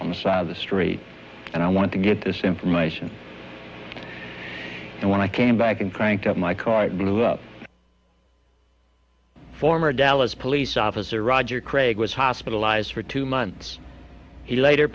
on the side of the street and i want to get this information and when i came back and thank god my client former dallas police officer roger craig was hospitalized for two months he later